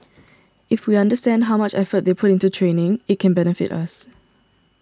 if we understand how much effort they put into training it can benefit us